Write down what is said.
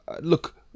look